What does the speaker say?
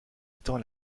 étant